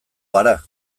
gara